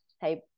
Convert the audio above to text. type